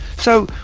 so,